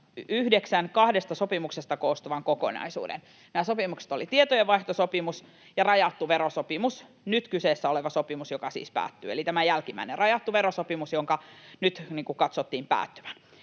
2009 kahdesta sopimuksesta koostuvan kokonaisuuden. Nämä sopimukset olivat tietojenvaihtosopimus ja rajattu verosopimus. Nyt kyseessä oleva sopimus, joka siis päättyy, on tämä jälkimmäinen, rajattu verosopimus, jonka nyt katsottiin päättyvän.